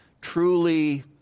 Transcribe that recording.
truly